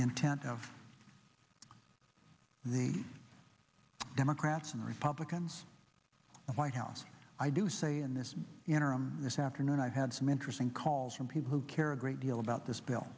intent of the democrats and republicans and white house i do say in this interim this afternoon i've had some interesting calls from people who care a great deal about this bill